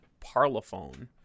Parlophone